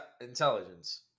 Intelligence